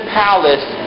palace